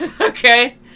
Okay